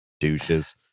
douches